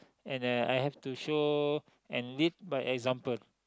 and I I have to show and lead by example